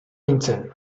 nintzen